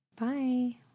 Bye